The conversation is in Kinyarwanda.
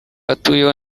atuyeho